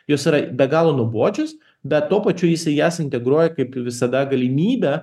jos yra be galo nuobodžios bet tuo pačiu jis į jas integruoja kaip ir visada galimybę